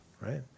right